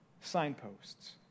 signposts